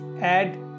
add